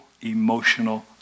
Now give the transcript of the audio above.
emotional